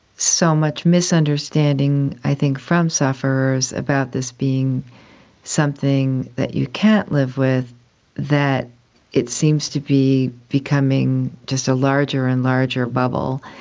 so much misunderstanding i think from sufferers about this being something that you can't live with that it seems to be becoming just a larger and larger bubble.